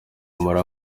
umwe